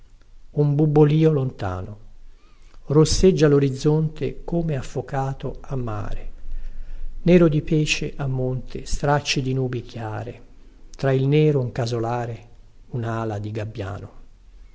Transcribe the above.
un bubbolìo lontano rosseggia lorizzonte come affocato a mare nero di pece a monte stracci di nubi chiare tra il nero un casolare unala di gabbiano